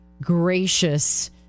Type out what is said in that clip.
gracious